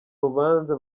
rubanza